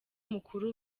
mukuru